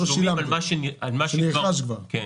תשלומים על מה שכבר --- זה נרכש כבר.